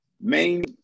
main